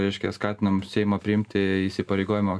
reiškia skatinam seimą priimti įsipareigojimą